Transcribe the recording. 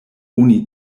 oni